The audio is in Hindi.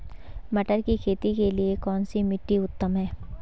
मटर की खेती के लिए कौन सी मिट्टी उत्तम है?